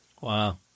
Wow